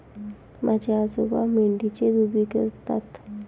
माझे आजोबा मेंढीचे दूध विकतात